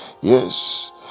yes